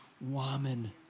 woman